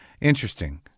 Interesting